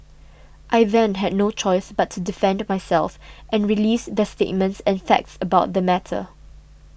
I then had no choice but to defend myself and release the statements and facts about the matter